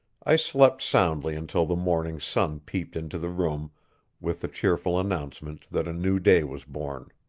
i slept soundly until the morning sun peeped into the room with the cheerful announcement that a new day was born.